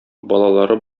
балалары